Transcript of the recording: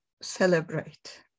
celebrate